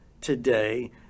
today